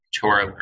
Torah